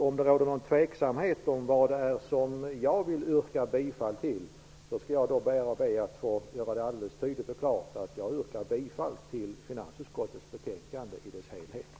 Om det råder någon oklarhet om vad jag vill yrka bifall till, skall jag be att få göra det alldeles tydligt och klart: Jag yrkar bifall till utskottets hemställan på samtliga punkter.